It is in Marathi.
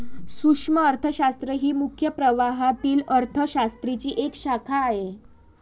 सूक्ष्म अर्थशास्त्र ही मुख्य प्रवाहातील अर्थ शास्त्राची एक शाखा आहे